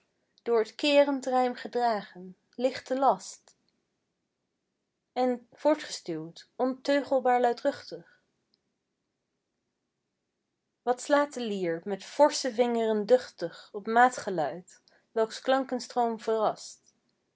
door t keerend rijm gedragen lichte last en voortgestuwd onteugelbaar luidruchtig wat slaat de lier met forsche vingeren duchtig op maatgeluid welks klankenstroom verrast